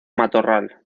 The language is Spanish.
matorral